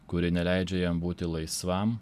kuri neleidžia jam būti laisvam